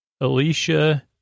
Alicia